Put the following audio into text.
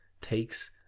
takes